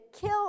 kill